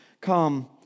come